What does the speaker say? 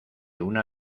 una